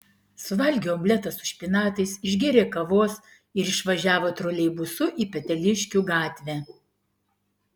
suvalgė omletą su špinatais išgėrė kavos ir išvažiavo troleibusu į peteliškių gatvę